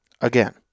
again